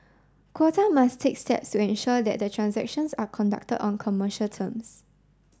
Qatar must take steps to ensure that the transactions are conducted on commercial terms